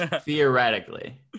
theoretically